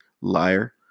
liar